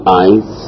eyes